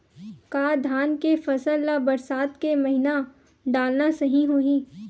का धान के फसल ल बरसात के महिना डालना सही होही?